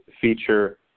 feature